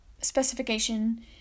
specification